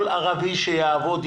גם חיילים בעלי אישור עבודה,